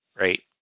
right